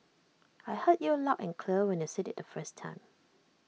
I heard you loud and clear when you said IT the first time